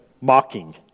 mocking